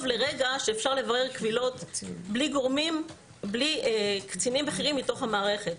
לרגע שאפשר לברר קבילות בלי קצינים בכירים מתוך המערכת.